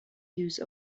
use